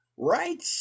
Right